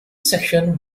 section